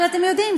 אבל אתם יודעים,